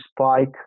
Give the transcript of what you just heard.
spike